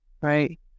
Right